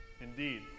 indeed